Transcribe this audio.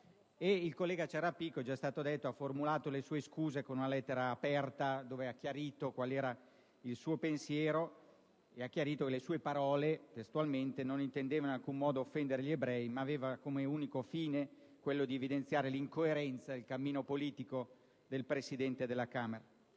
Il senatore Ciarrapico, è già stato detto, ha formulato le sue scuse con una lettera aperta nella quale ha chiarito il suo pensiero e che le sue parole non intendevano in alcun modo offendere gli ebrei, ma avevano come unico fine quello di evidenziare l'incoerenza del cammino politico del Presidente della Camera.